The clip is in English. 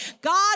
God